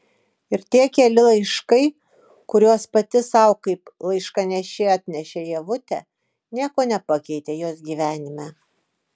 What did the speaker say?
ir tie keli laiškai kuriuos pati sau kaip laiškanešė atnešė ievutė nieko nepakeitė jos gyvenime